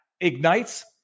ignites